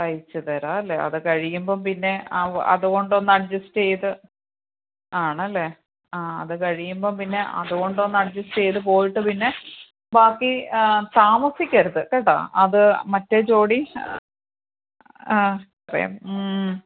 തെയ്ച്ചു തരാമല്ലേ അത് കഴിയുമ്പോൾ പിന്നെ അവ് അതുകൊണ്ടൊന്ന് അഡ്ജസ്റ്റെ ചെയ്ത് ആണല്ലേ ആ അത് കഴിയുമ്പം പിന്നെ അതു കൊണ്ടൊന്നഡ്ജസ്റ്റെ ചെയ്ത് പോയിട്ട് പിന്നെ ബാക്കി താമസിക്കരുത് കേട്ടോ അത് മറ്റേ ജോഡി ആ പറയാം